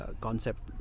concept